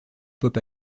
pop